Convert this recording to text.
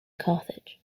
carthage